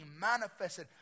manifested